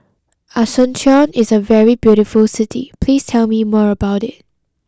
Asuncion is a very beautiful city please tell me more about it